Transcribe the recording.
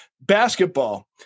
Basketball